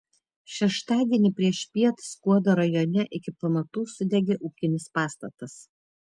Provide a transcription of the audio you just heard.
šeštadienį priešpiet skuodo rajone iki pamatų sudegė ūkinis pastatas